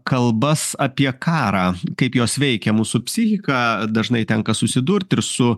kalbas apie karą kaip jos veikia mūsų psichiką dažnai tenka susidurt ir su